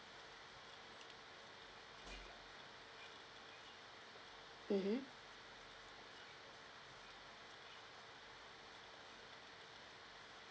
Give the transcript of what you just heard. mmhmm